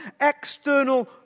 external